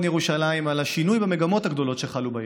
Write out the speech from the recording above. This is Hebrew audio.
ירושלים על השינוי במגמות הגדולות שחלו בעיר.